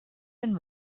been